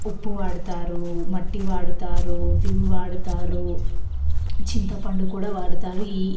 ఉప్పు వాడుతారు మట్టి వాడుతారు విమ్ వాడుతారు చింతపండు కూడా వాడుతారు